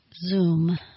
Zoom